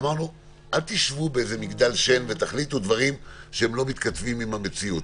אמרנו: אל תשבו באיזה מגדל שן ותחליטו דברים שהם לא מתכתבים עם המציאות.